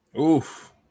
Oof